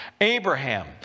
Abraham